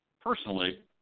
personally